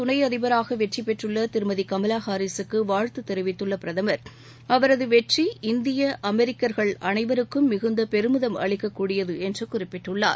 துணை அதிபராக வெற்றி பெற்றுள்ள திருமதி கமலா ஹாரிஸுக்கு வாழ்த்துத் தெரிவித்துள்ள பிரதமர் அவரது வெற்றி இந்திய அமெரிக்கர்கள் அனைவருக்கும் மிகுந்த பெருமிதம் அளிக்கக்கூடியது என்று குறிப்பிட்டுள்ளார்